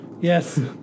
Yes